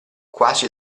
quasi